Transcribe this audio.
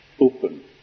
open